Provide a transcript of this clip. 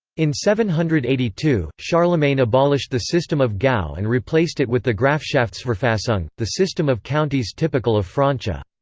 in seven hundred and eighty two, charlemagne abolished the system of gaue and replaced it with the grafschaftsverfassung, the system of counties typical of francia.